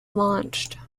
launched